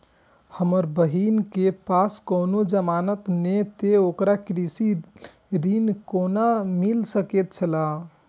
हमर बहिन के पास कोनो जमानत नेखे ते ओकरा कृषि ऋण कोना मिल सकेत छला?